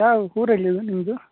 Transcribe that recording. ಯಾವ ಊರು ಎಲ್ಲಿದು ನಿಮ್ಮದು